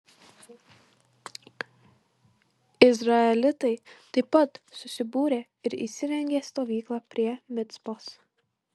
izraelitai taip pat susibūrė ir įsirengė stovyklą prie micpos